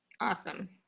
Awesome